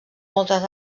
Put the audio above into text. moltes